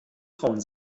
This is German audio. frauen